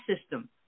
system